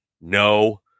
No